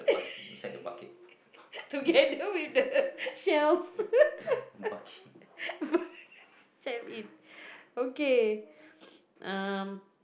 together with the shells shell in okay um